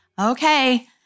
Okay